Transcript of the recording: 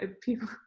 people